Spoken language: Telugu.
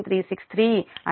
363 అంటే 1